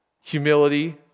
Humility